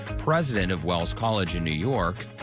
president of wells college in new york,